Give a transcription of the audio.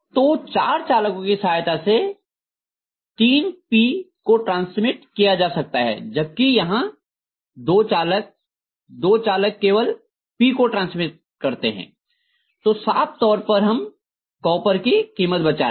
तो चार चालकों की सहायता से 3 P को ट्रांसमिट किया जा सकता है जबकि यहाँ दो चालक दो चालक केवल P को ट्रांसमिट करते हैं तो साफ तौर हम कॉपर की कीमत बचा रहे हैं